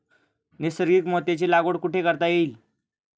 नैसर्गिक मोत्यांची लागवड कुठे करता येईल?